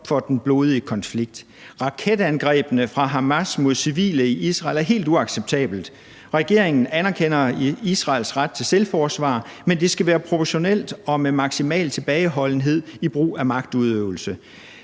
for den blodige konflikt. Raketangrebene fra Hamas mod civile i Israel er helt uacceptable. Regeringen anerkender Israels ret til selvforsvar, men det skal være proportionalt og med maksimal tilbageholdenhed i brug af magtudøvelse.